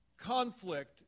Conflict